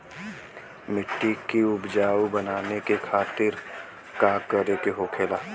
मिट्टी की उपजाऊ बनाने के खातिर का करके होखेला?